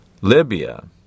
Libya